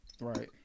right